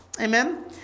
amen